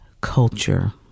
culture